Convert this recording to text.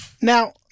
Now